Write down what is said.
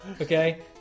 Okay